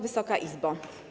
Wysoka Izbo!